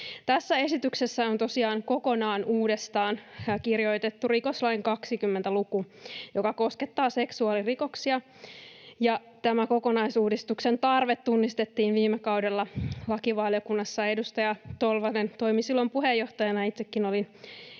Tässä esityksessä on tosiaan kokonaan uudestaan kirjoitettu rikoslain 20 luku, joka koskettaa seksuaalirikoksia. Tämä kokonaisuudistuksen tarve tunnistettiin viime kaudella lakivaliokunnassa. Edustaja Tolvanen toimi silloin puheenjohtajana.